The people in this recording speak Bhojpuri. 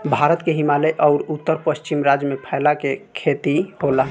भारत के हिमालय अउर उत्तर पश्चिम राज्य में फैला के खेती होला